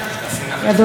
אדוני השר,